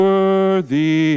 Worthy